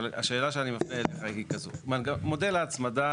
אבל, השאלה שאני מפנה אליך היא כזאת, מודל ההצמדה